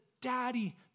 Daddy